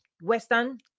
Western